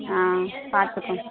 ஆ பார்த்துக்கோங்க